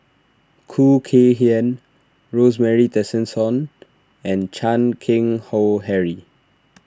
Khoo Kay Hian Rosemary Tessensohn and Chan Keng Howe Harry